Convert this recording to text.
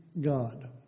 God